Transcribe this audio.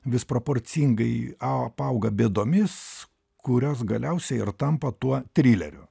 vis proporcingai apauga bėdomis kurios galiausiai ir tampa tuo trileriu